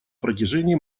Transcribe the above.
протяжении